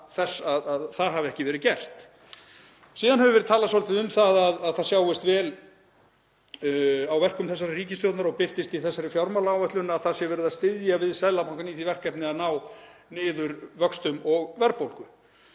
það hafi ekki verið gert. Síðan hefur verið talað um að það sjáist vel á verkum þessarar ríkisstjórnar og birtist í þessari fjármálaáætlun að það sé verið að styðja við Seðlabankann í því verkefni að ná niður vöxtum og verðbólgu.